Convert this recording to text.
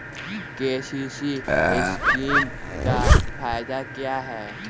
KCC scheme का फायदा क्या है?